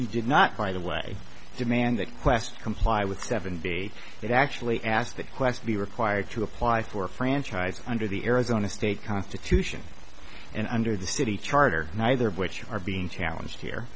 did not by the way demand that class comply with seven b that actually asked that question be required to apply for a franchise under the arizona state constitution and under the city charter neither of which are being challenged here